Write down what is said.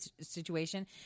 situation